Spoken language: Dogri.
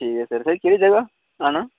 ठीक ऐ सर केह्ड़ी जगह् आना